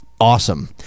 awesome